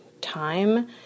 time